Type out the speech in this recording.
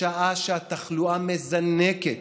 בשעה שהתחלואה מזנקת